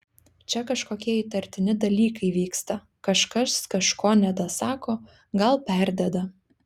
čia kažkokie įtartini dalykai vyksta kažkas kažko nedasako gal perdeda